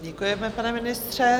Děkujeme, pane ministře.